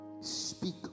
Speak